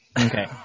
Okay